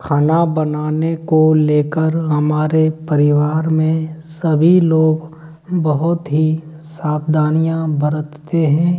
खाना बनाने को लेकर हमारे परिवार में सभी लोग बहुत ही सावधानियाँ बरतते हें